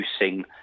reducing